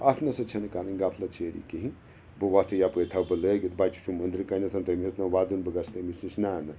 اَتھ نسا چھ نہٕ کٔرنۍَ غفلت شیری کِہیٖنٛۍ بہٕ وۄتھٕ یپٲرۍ تھَوٕ بہٕ لٲگِتھ بَچہِ چھُم انٛدرٕ کٔنٮ۪تھ تٔمۍ ہیٛوٚتنَم وودُن بہٕ گژھٕ تٔمِس نِش نہَ نہَ